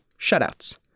shutouts